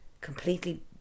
completely